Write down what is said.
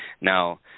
Now